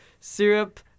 syrup